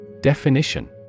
Definition